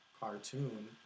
cartoon